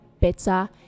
better